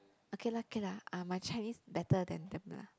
okay lah okay lah uh my Chinese better than them lah